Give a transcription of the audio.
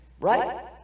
right